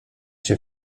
się